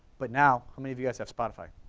but now how many of you guys have spotify?